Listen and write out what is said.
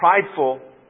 prideful